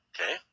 Okay